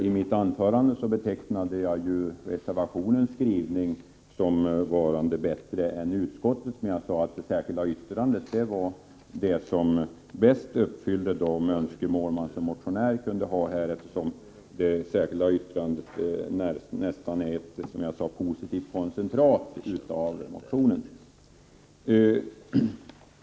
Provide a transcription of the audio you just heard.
I mitt anförande betecknade jag reservationens skrivning som varande bättre än utskottets, men jag sade att det särskilda yttrandet var det som bäst uppfyllde de önskemål man som motionär kunde ha, eftersom det nästan var ett positivt koncentrat av motionen.